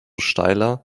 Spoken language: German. steiler